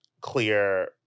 clear